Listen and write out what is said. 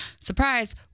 surprise